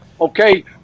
okay